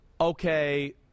okay